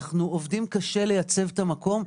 אנחנו עובדים קשה לייצב את המקום,